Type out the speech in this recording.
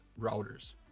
routers